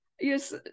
Yes